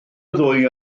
ddwy